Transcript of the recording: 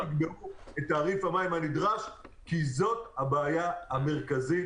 -- ולבסוף תקבעו את תעריף המים הנדרש כי זאת הבעיה המרכזית